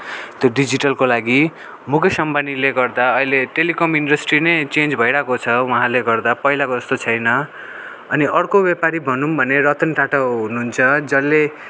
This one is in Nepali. त्यो डिजिटलको लागि मुकेश अम्बानीले गर्दा अहिले टेलिकम इन्डस्ट्री नै चेन्ज भइरहेको छ उहाँले गर्दा पहिलाको जस्तो छैन अनि अर्को व्यापारी भनौँ भने रतन टाटा हुनुहुन्छ जसले